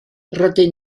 rydyn